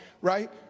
right